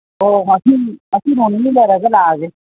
ꯑꯣ ꯉꯁꯤ ꯅꯣꯡꯃ ꯅꯤꯅꯤ ꯂꯩꯔꯒ ꯂꯥꯛꯑꯒꯦ